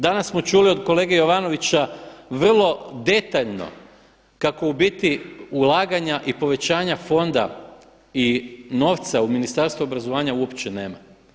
Danas smo čuli od kolege Jovanovića vrlo detaljno kako u biti ulaganja i povećanja fonda i novca u Ministarstvu obrazovanja uopće nema.